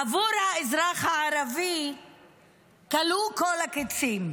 עבור האזרח הערבי כלו כל הקיצין,